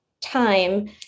time